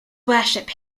worship